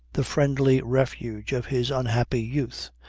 the friendly refuge of his unhappy youth,